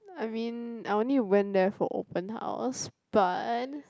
I mean I only went there for open house but